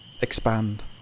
expand